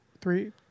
three